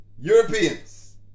Europeans